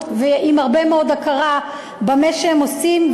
עם הרבה מאוד הכרה במה שהם עושים,